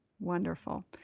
Wonderful